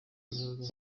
gahoro